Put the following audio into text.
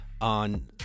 on